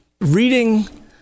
reading